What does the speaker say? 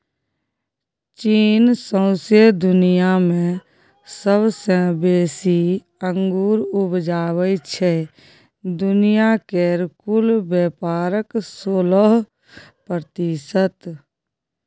चीन सौंसे दुनियाँ मे सबसँ बेसी अंगुर उपजाबै छै दुनिया केर कुल बेपारक सोलह प्रतिशत